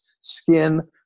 skin